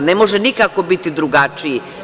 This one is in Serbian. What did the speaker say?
Ne može nikako biti drugačiji.